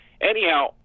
Anyhow